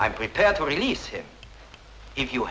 am prepared to release him if you